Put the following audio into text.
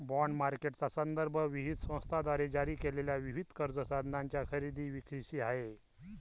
bond मार्केटचा संदर्भ विविध संस्थांद्वारे जारी केलेल्या विविध कर्ज साधनांच्या खरेदी विक्रीशी आहे